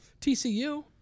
TCU